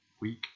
week